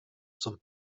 zum